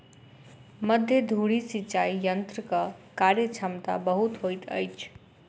मध्य धुरी सिचाई यंत्रक कार्यक्षमता बहुत होइत अछि